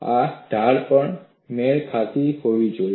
આ ઢાળ પણ મેળ ખાતી હોવી જોઈએ